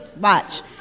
watch